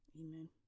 Amen